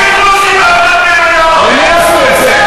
למי עשו את זה?